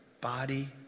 body